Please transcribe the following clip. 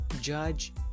judge